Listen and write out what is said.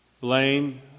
Blaine